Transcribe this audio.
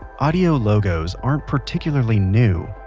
audio logos aren't particularly new,